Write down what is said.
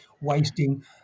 wasting